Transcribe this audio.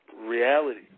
reality